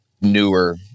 newer